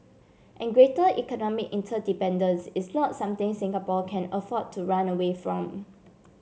and greater economic interdependence is not something Singapore can afford to run away from